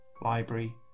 library